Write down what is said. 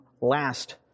last